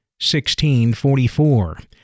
$16.44